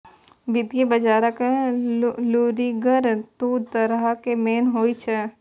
वित्तीय बजारक लुरिगर दु तरहक मेन होइ छै